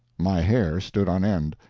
my hair stood on end.